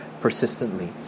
persistently